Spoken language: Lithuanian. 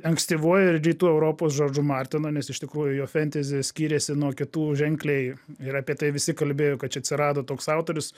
ankstyvuoju ir rytų europos džordžu martinu nes iš tikrųjų jo fentezi skyrėsi nuo kitų ženkliai ir apie tai visi kalbėjo kad čia atsirado toks autorius